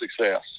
success